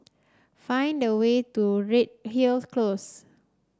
find the way to Redhill Close